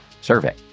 survey